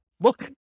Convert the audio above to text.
look